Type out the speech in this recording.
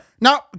No